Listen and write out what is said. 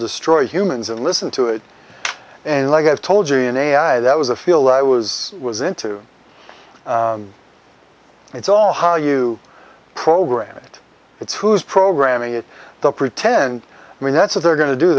destroy humans and listen to it and like i told you in ai that was a field i was was into it's all how you program it it's who's programming it the pretend i mean that's what they're going to do